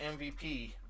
MVP